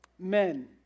Men